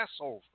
Passover